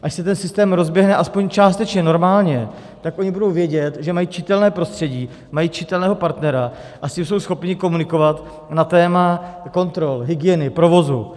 Až se ten systém rozběhne aspoň částečně normálně, tak oni budou vědět, že mají čitelné prostředí, mají čitelného partnera, a s tím jsou schopni komunikovat na téma kontrol, hygieny, provozu.